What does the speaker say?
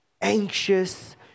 anxious